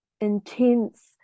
intense